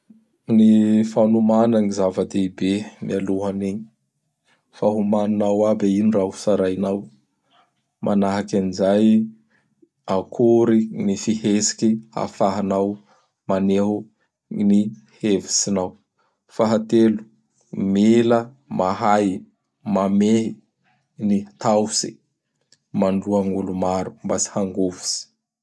Ny fanomana gny zava-dehibe mialohan'igny. Fa omaninao aby hoe ino gny raha hotsarainao. Manahaky an'izay, akory gny fihetsiky ahafahanao maneho gn ny hevitsinao. Fahatelo, mila mahay mamehy gny tahotsy mañoloa gn' olo maro mba tsy hangovitsy.